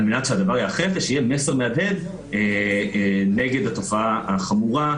מנת שהדבר ייאכף ושיהיה מסר מהדהד נגד התופעה החמורה,